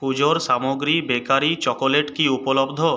পুজোর সামগ্রী bakery chocolate কি উপলব্ধ